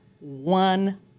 one